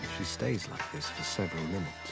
she stays like this for several minutes.